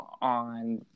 on